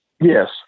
Yes